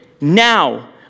now